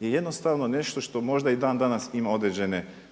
je jednostavno nešto što možda i dan danas ima određene